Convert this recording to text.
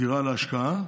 דירה להשקעה,